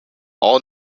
all